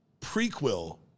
prequel